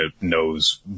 knows